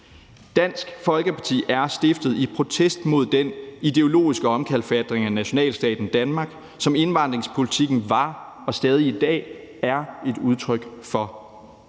Dansk Folkeparti er stiftet i protest mod den ideologiske omkalfatring af nationalstaten Danmark, som indvandringspolitikken var og stadig i dag er et udtryk for.